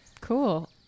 Cool